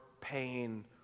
pain